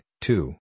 two